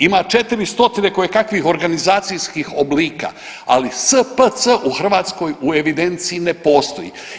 Ima 4 stotine kojekakvih organizacijskih oblika, ali SPC u Hrvatskoj u evidenciji ne postoji.